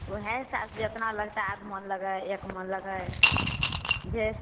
ओएह हिसाब से जेतना लगतै आध मोन लगै एक मोन लगै जे